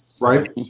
Right